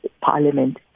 parliament